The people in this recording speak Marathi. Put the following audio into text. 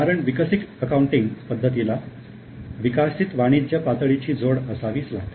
कारण विकासित अकाउंटिंग पद्धतीला विकासित वाणिज्य पातळीची जोड असावी लागते